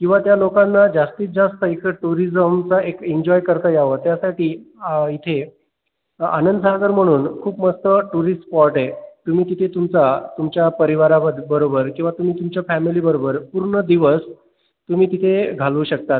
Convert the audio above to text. किंवा त्या लोकांना जास्तीत जास्त इकडे टुरिझमचा एक एन्जॉय करता यावं त्यासाठी इथे आनंदसागर म्हणून खूप मस्त टुरिस्ट स्पॉट आहे तुम्ही तिथे तुमचा तुमच्या परिवाराबरोबर किंवा तुम्ही तुमच्या फॅमिलीबरोबर पूर्ण दिवस तुम्ही तिथे घालवू शकता